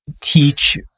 teach